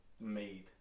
made